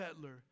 Petler